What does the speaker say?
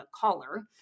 Caller*